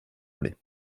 relais